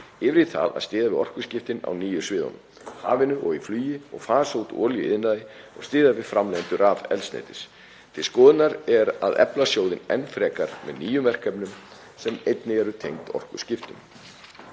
yfir í það að styðja við orkuskiptin á nýju sviðunum, á hafinu og í flugi og fasa út í olíuiðnaði og styðja við framleiðendur rafeldsneytis. Til skoðunar er að efla sjóðinn enn frekar með nýjum verkefnum sem einnig eru tengd orkuskiptum.